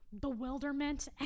bewilderment